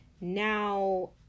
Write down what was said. Now